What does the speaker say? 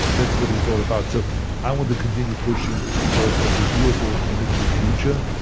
that's what it's all about. so i want to continue pushing toward a renewable energy future.